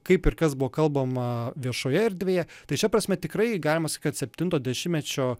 kaip ir kas buvo kalbama viešoje erdvėje tai šia prasme tikrai galima sakyt kad septinto dešimtmečio